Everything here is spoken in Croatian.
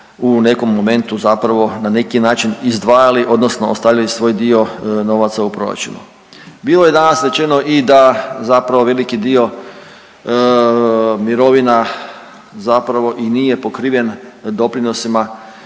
u nekom momentu zapravo na neki način izdvajali, odnosno ostavljali svoj dio novaca u proračunu. Bilo je danas rečeno i da zapravo veliki dio mirovina zapravo i nije pokriven doprinosima